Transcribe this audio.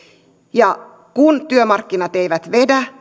ja kun työmarkkinat eivät vedä